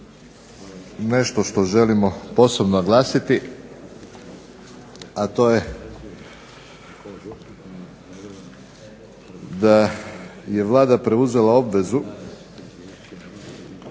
nešto što želimo posebno naglasiti, a to je da je Vlada preuzela obvezu